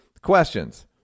questions